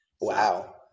Wow